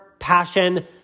passion